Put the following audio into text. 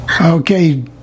Okay